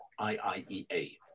IIEA